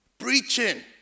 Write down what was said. Preaching